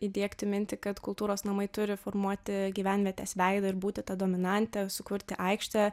įdiegti mintį kad kultūros namai turi formuoti gyvenvietės veidą ir būti ta dominante sukurti aikštę